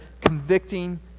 convicting